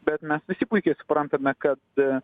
bet mes visi puikiai suprantame kad